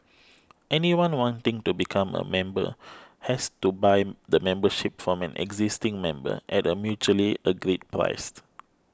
anyone wanting to become a member has to buy the membership from an existing member at a mutually agreed priced